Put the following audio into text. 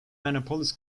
annapolis